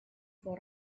for